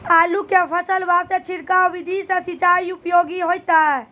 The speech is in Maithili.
आलू के फसल वास्ते छिड़काव विधि से सिंचाई उपयोगी होइतै?